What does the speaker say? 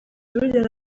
bigendana